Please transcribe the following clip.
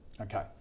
Okay